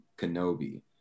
Kenobi